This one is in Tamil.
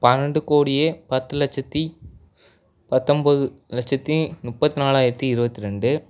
பன்னெண்டுக் கோடியே பத்து லட்சத்து பத்தொம்பது லட்சத்து முப்பத்து நாலாயிரத்து இருபத்தி ரெண்டு